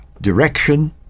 direction